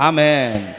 Amen